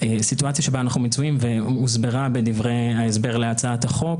הסיטואציה שבה אנחנו נמצאים שהוסברה בדברי ההסבר להצעת החוק